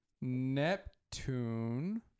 Neptune